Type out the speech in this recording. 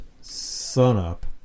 sunup